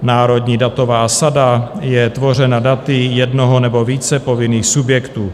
Národní datová sada je tvořena daty jednoho nebo více povinných subjektů.